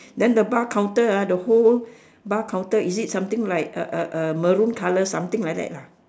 then the bar counter ah the whole bar counter is it something like uh uh uh maroon colour something like that lah